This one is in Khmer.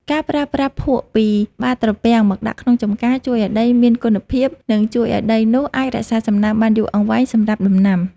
ការប្រើប្រាស់ភក់ពីបាតត្រពាំងមកដាក់ក្នុងចម្ការជួយឱ្យដីមានគុណភាព និងជួយឱ្យដីនោះអាចរក្សាសំណើមបានយូរអង្វែងសម្រាប់ដំណាំ។